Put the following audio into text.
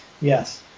Yes